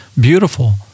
beautiful